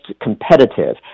competitive